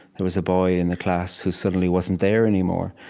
there was a boy in the class who suddenly wasn't there anymore.